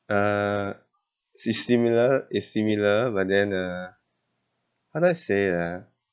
uh si~ similar is similar but then uh how do I say ah